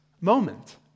moment